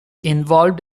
involved